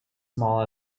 small